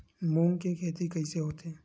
मूंग के खेती कइसे होथे?